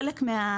חלק מן